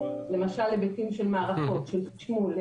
למשל היבטים של מערכות של חשמול,